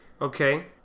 Okay